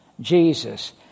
Jesus